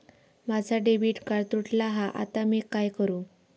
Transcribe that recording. माझा debit card तुटला हा आता मी काय करू?